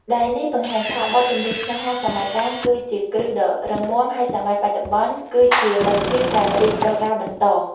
ដែលនេះបង្ហាញថា បទចម្រៀង ស្នេហា សម័យដើមគឺជាគ្រឹះដ៏រឹងមាំ ហើយសម័យបច្ចុប្បន្នគឺជាមែកធាងដែលរីកដុះដាលបន្ត។